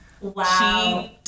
Wow